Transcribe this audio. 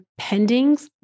pendings